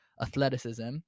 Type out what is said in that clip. athleticism